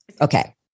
Okay